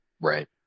Right